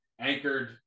anchored